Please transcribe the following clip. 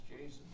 Jesus